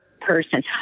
person